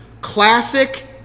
classic